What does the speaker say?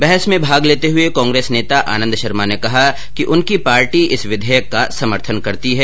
बहस में भाग लेते हुए कांग्रेस नेता आनंद शर्मा ने कहा कि उनकी पार्टी इस विधेयक का समर्थन करती है